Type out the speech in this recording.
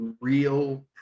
real